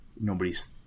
nobody's